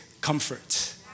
comfort